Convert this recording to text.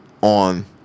on